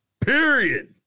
Period